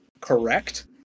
correct